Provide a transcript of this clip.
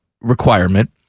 requirement